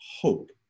hope